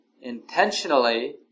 intentionally